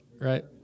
right